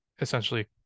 essentially